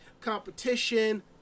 competition